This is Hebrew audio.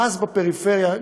המס בפריפריה,